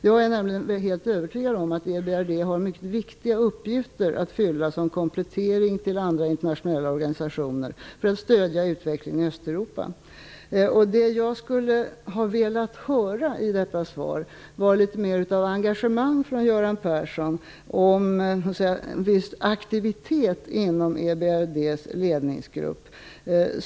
Jag är helt övertygad om att EBRD har mycket viktiga uppgifter att utföra, såsom ett komplement till andra internationella organisationer, för att stödja utvecklingen i Östeuropa. I detta svar skulle jag ha velat höra litet mera av ett engagemang från Göran Persson för en viss aktivitet inom EBRD:s ledningsgrupp.